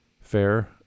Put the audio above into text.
fair